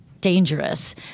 dangerous